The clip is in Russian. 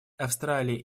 австралии